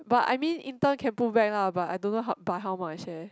but I mean intern can pull back lah but I don't know how by how much eh